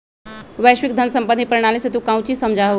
वैश्विक धन सम्बंधी प्रणाली से तू काउची समझा हुँ?